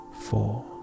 four